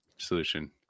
Solution